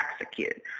execute